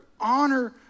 honor